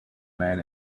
man